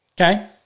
okay